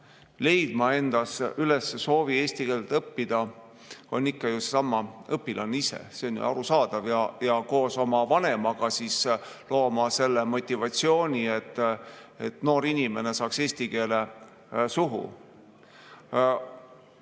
leidma endas soovi eesti keelt õppida, on ikka seesama õpilane ise. See on ju arusaadav. Koos oma vanemaga peab ta looma selle motivatsiooni, et ta noore inimesena saaks eesti keele suhu.